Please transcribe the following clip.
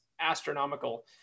astronomical